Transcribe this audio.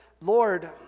Lord